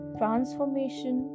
transformation